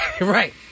Right